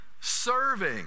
serving